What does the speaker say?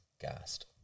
gassed